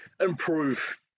improve